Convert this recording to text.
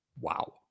Wow